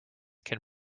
can